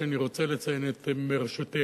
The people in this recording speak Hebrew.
שאני רוצה לציין את מראשותיה,